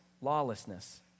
lawlessness